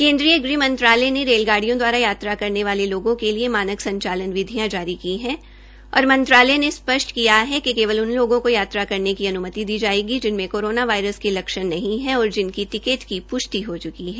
केन्द्रीय गृहमंत्रालय ने रेलगाडिय़ों दवारा यात्रा करने वालो लोगों के लिए मानक संचालन विधियां जारी की है और मंत्रालय ने स्पष्ट किया है कि केवल उन लोगों को यात्रा करने की अन्मति दी जायेगी जिनमें कोरोना के लक्षण नहीं है और जिनकी टिकट की पृष्टि हो चुकी है